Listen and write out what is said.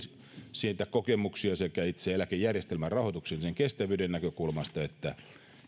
siitä kokemuksia sekä itse eläkejärjestelmän rahoituksellisen kestävyyden näkökulmasta että